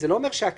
ח"כ